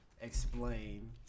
explain